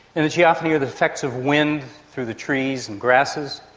and the geophony are the effects of wind through the trees and grasses,